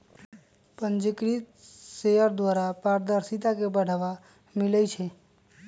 पंजीकृत शेयर द्वारा पारदर्शिता के बढ़ाबा मिलइ छै